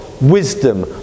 wisdom